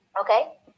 okay